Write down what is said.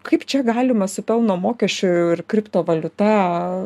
kaip čia galima su pelno mokesčiu ir kriptovaliuta